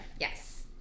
Yes